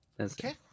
okay